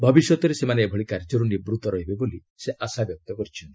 ଭବିଷ୍ୟତରେ ସେମାନେ ଏଭଳି କାର୍ଯ୍ୟର ନିବୃତ ରହିବେ ବୋଲି ସେ ଆଶା ବ୍ୟକ୍ତ କରିଛନ୍ତି